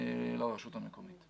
כפוף לרשות המקומית.